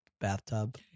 bathtub